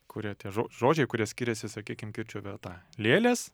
kurie tie žo žodžiai kurie skiriasi sakykim kirčio vieta lėlės